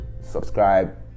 subscribe